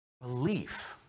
Belief